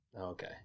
Okay